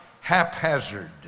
haphazard